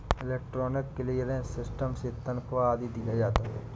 electronic clearance system से तनख्वा आदि दिया जाता है